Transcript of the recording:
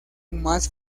más